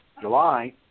July